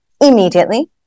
immediately